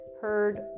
heard